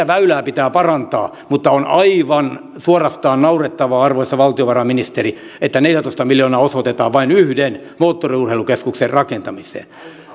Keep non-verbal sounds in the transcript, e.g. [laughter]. [unintelligible] väylää pitää parantaa mutta on aivan suorastaan naurettavaa arvoisa valtiovarainministeri että neljätoista miljoonaa osoitetaan vain yhden moottoriurheilukeskuksen rakentamiseen